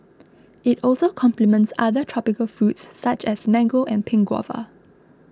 it also complements other tropical fruit such as mango and pink guava